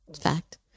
fact